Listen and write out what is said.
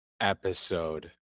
episode